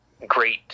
great